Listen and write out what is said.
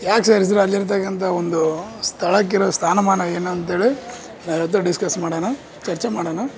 ಯಾಕೆ ಸೇರಿಸ್ರು ಅಲ್ಲಿರ್ತಕಂಥ ಒಂದು ಸ್ಥಳಕ್ಕೆ ಇರೋ ಸ್ಥಾನಮಾನ ಏನು ಅಂಥೇಳಿ ನಾವು ಇವತ್ತು ಡಿಸ್ಕಸ್ ಮಾಡೋಣ ಚರ್ಚೆ ಮಾಡೋಣ